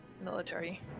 military